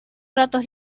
ratos